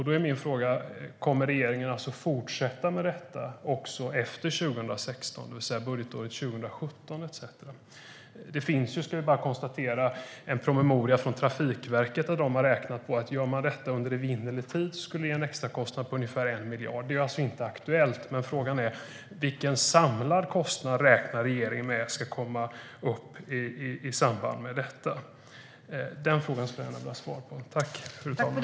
Då är min fråga: Kommer regeringen att fortsätta med detta också efter 2016, alltså under budgetåret 2017 och vidare? Det finns en promemoria från Trafikverket där man har räknat på att detta, om man gör det under evinnerlig tid, skulle ge en extrakostnad på ungefär 1 miljard. Nu är detta inte aktuellt, men frågan är ändå: Vilken samlad kostnad räknar regeringen med i samband med detta? Den frågan skulle jag gärna vilja ha svar på.